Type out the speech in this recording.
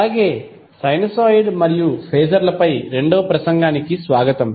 అలాగే సైనూసోయిడ్ మరియు ఫేజర్ లపై రెండవ ప్రసంగానికి స్వాగతం